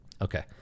Okay